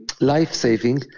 life-saving